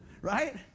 right